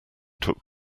took